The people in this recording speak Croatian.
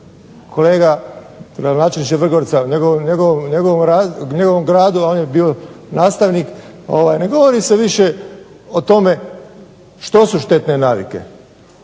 kolega gradonačelniče Vrgorca o njegovom gradu on je bio nastavnik, ne govori se više o tome što su štetne navike,